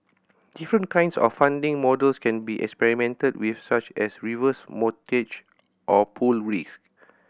different kinds of funding models can be experimented with such as reverse mortgage or pooled risk